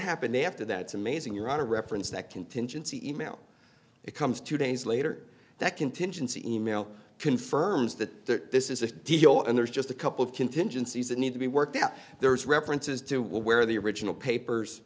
happened after that it's amazing your honor reference that contingency e mail it comes two days later that contingency e mail confirms that this is a deal and there's just a couple of contingencies that need to be worked out there is references to will where the original papers